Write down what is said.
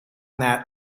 that